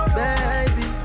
baby